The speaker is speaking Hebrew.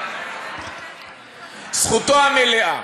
זכותו המלאה.